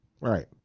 right